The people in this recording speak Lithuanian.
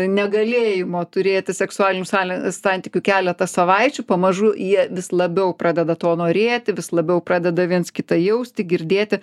negalėjimo turėti seksualinių sale santykių keletą savaičių pamažu jie vis labiau pradeda to norėti vis labiau pradeda viens kitą jausti girdėti